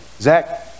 Zach